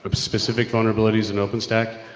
um specific vulnerabilities in open stack?